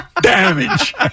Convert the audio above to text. damage